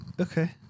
Okay